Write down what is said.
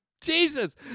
Jesus